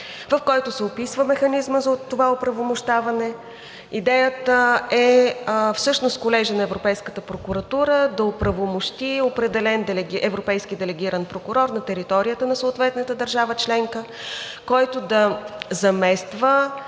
в което се описва механизмът за това оправомощаване. Идеята е всъщност Колежът на Европейската прокуратура да оправомощи определен европейски делегиран прокурор на територията на съответната държава членка, който да замества